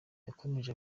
yakomeje